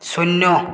শূন্য